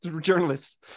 journalists